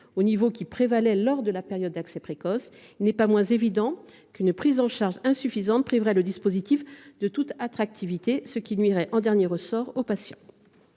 au niveau qui prévalait lors de la période d’accès précoce, il n’en est pas moins évident qu’une prise en charge insuffisante priverait le dispositif de toute attractivité, ce qui nuirait, en dernier ressort, aux patients.